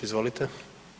Izvolite.